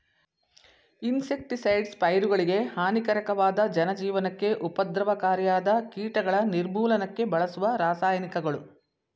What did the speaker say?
insecticides ಪೈರುಗಳಿಗೆ ಹಾನಿಕಾರಕವಾದ ಜನಜೀವನಕ್ಕೆ ಉಪದ್ರವಕಾರಿಯಾದ ಕೀಟಗಳ ನಿರ್ಮೂಲನಕ್ಕೆ ಬಳಸುವ ರಾಸಾಯನಿಕಗಳು